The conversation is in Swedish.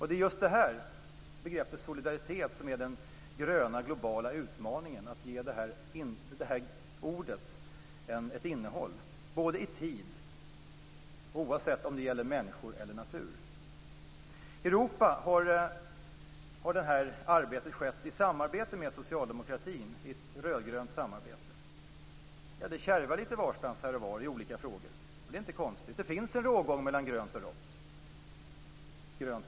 Det är just begreppet solidaritet som är den gröna, globala utmaningen, att vi ger det här ordet ett innehåll i tiden, oavsett om det gäller människor eller natur. I Europa har det här arbetet skett i ett rödgrönt samarbete med socialdemokratin. Det kärvar lite varstans här och var i olika frågor, och det är inte konstigt. Det finns en rågång mellan grönt och rött.